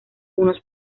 unos